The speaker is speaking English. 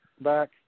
back